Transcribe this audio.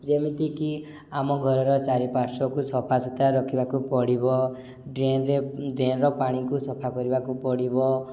ଯେମିତିକି ଆମ ଘରର ଚାରିପାର୍ଶ୍ୱକୁ ସଫା ସୁତୁରା ରଖିବାକୁ ପଡ଼ିବ ଡ୍ରେନ୍ରେ ଡ୍ରେନ୍ର ପାଣିକୁ ସଫା କରିବାକୁ ପଡ଼ିବ